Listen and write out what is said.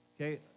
Okay